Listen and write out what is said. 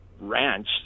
ranch